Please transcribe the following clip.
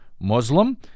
Muslim